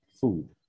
food